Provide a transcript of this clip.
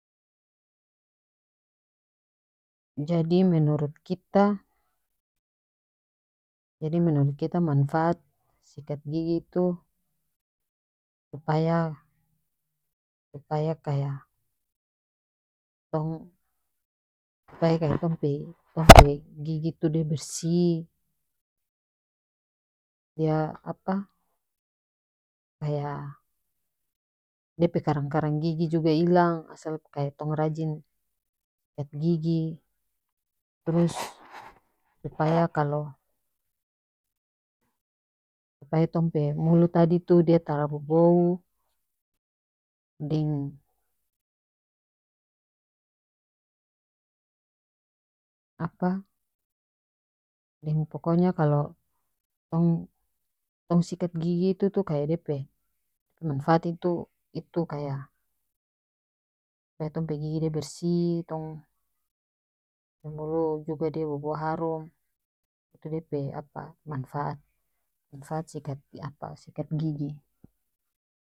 Jadi menurut kita-jadi menurut kita manfaat sikat gigi tu supaya supaya kaya tong supaya kaya tong pe tong pe gigi tu dia bersih dia apa kaya dia pe karang karang gigi juga ilang asal kaya tong rajin sikat gigi trus supaya kalo supaya tong pe mulu tadi tu dia tara bobou deng apa deng pokonya kalo tong tong sikat gigi itu tu kaya dia pe manfaat itu itu kaya supaya tong pe gigi dia bersih tong mulu juga dia bobou harum itu dia pe apa manfaat manfaat sikat apa sikat gigi.